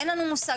אין לנו מושג.